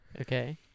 Okay